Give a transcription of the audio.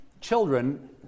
children